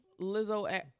Lizzo